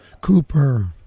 cooper